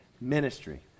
ministry